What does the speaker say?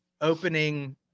opening